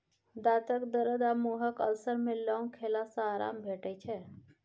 दाँतक दरद आ मुँहक अल्सर मे लौंग खेला सँ आराम भेटै छै